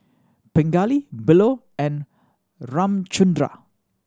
Pingali Bellur and Ramchundra